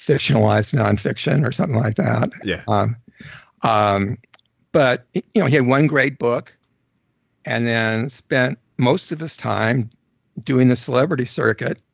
fictionalized nonfiction or something like that, yeah um um but you know he had one great book and then spent most of his time doing the celebrity circuit,